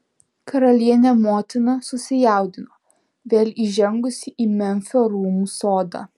karalienė motina susijaudino vėl įžengusi į memfio rūmų sodą